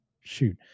shoot